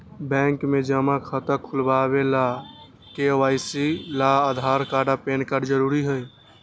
bank में जमा खाता खुलावे ला के.वाइ.सी ला आधार कार्ड आ पैन कार्ड जरूरी हई